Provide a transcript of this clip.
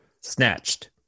snatched